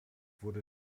wurde